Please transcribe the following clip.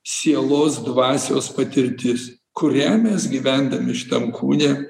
sielos dvasios patirtis kurią mes gyvendami šitam kūne